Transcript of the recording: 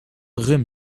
rum